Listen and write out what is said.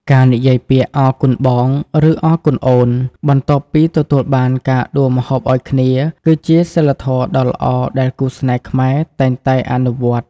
ការនិយាយពាក្យ "អរគុណបង" ឬ "អរគុណអូន" បន្ទាប់ពីទទួលបានការដួសម្ហូបឱ្យគ្នា គឺជាសីលធម៌ដ៏ល្អដែលគូស្នេហ៍ខ្មែរតែងតែអនុវត្ត។